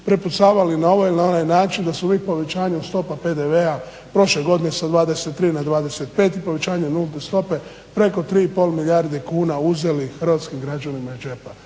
prepucavali na ovaj ili onaj način da smo mi povećanje stope PDV-a sa 23 na 25 io povećanje nulte stope preko 3,5 milijardi kuna uzeli hrvatskim građanima iz džepa.